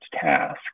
task